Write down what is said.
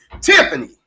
Tiffany